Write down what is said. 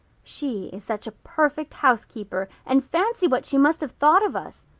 she is such a perfect housekeeper and fancy what she must have thought of us.